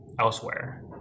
elsewhere